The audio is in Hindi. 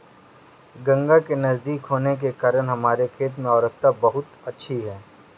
गंगा के नजदीक होने के कारण हमारे खेत में उर्वरता बहुत अच्छी है